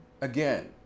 again